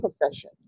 profession